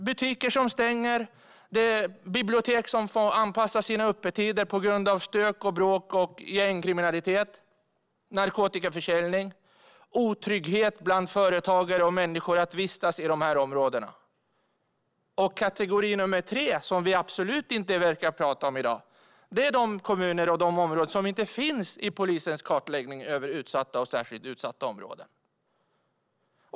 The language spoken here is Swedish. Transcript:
Butiker stänger och bibliotek får anpassa sina öppettider på grund av stök och bråk, gängkriminalitet, narkotikaförsäljning och otrygghet bland företagare och människor som vistas i dessa områden. Kategori nummer tre, som vi absolut inte verkar tala om i dag, är de kommuner och områden som inte finns i polisens kartläggning över utsatta och särskilt utsatta områden.